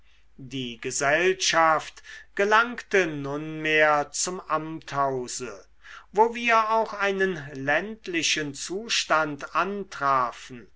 die gesellschaft gelangte nunmehr zum amthause wo wir auch einen ländlichen zustand antrafen